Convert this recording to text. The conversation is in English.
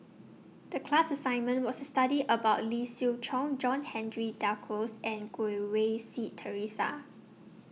The class assignment was study about Lee Siew Choh John Henry Duclos and Goh Rui Si Theresa